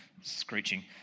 screeching